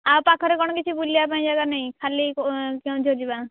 ଆଉ ପାଖରେ କ'ଣ କିଛି ବୁଲିବା ପାଇଁ ଜାଗା ନାହିଁ ଖାଲି କେଉଁଝର ଯିବା